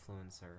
influencer